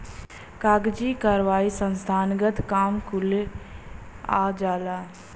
कागजी कारवाही संस्थानगत काम कुले आ जाला